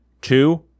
Two